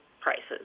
prices